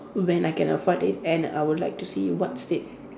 when I can afford it and I would like to see what state